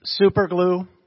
superglue